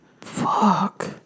Fuck